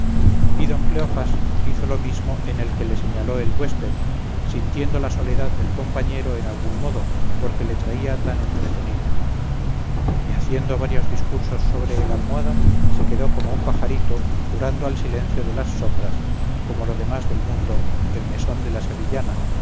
y don cleofás hizo lo mismo en el que le señaló el güésped sintiendo la soledad del compañero en algún modo porque le traía tan entretenido y haciendo varios discursos sobre el almohada se quedó como un pajarito jurando al silencio de las sombras como lo demás del mundo el mesón de la sevillana